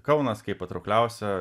kaunas kaip patraukliausia